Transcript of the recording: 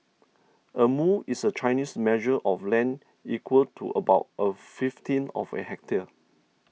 a mu is a Chinese measure of land equal to about a fifteenth of a hectare